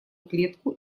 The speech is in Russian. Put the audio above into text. площадку